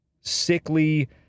sickly